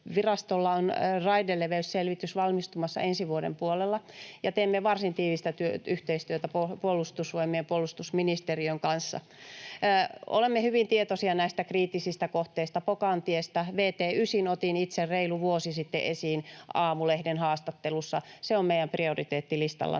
Väylävirastolla on raideleveysselvitys valmistumassa ensi vuoden puolella, ja teemme varsin tiivistä yhteistyötä Puolustusvoimien ja puolustusministeriön kanssa. Olemme hyvin tietoisia näistä kriittisistä kohteista, Pokan tiestä, ja vt 9:n otin itse reilu vuosi sitten esiin Aamulehden haastattelussa. Se on meidän prioriteettilistallamme